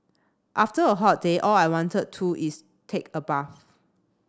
after a hot day all I wanted to is take a bath